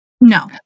No